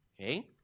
Okay